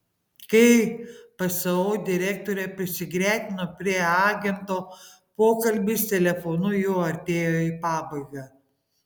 kai pso direktorė prisigretino prie agento pokalbis telefonu jau artėjo į pabaigą